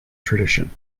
tradition